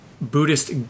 Buddhist